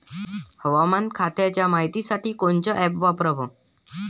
हवामान खात्याच्या मायतीसाठी कोनचं ॲप वापराव?